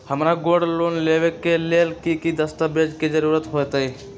हमरा gold loan लेबे के लेल कि कि दस्ताबेज के जरूरत होयेत?